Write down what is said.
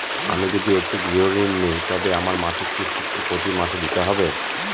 আমি যদি একটি গৃহঋণ নিই তবে আমার মাসিক কিস্তি কি প্রতি মাসে দিতে হবে?